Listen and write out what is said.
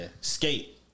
Skate